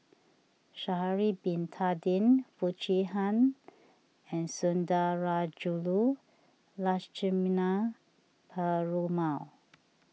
Sha'ari Bin Tadin Foo Chee Han and Sundarajulu Lakshmana Perumal